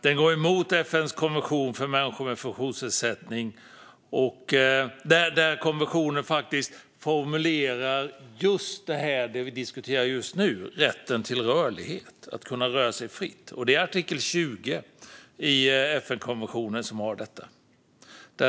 Den går också emot FN:s konvention för människor med funktionsnedsättning, som formulerar just det vi diskuterar nu - rätten till rörlighet, att kunna röra sig fritt. Det är artikel 20 i FN-konventionen som rör detta.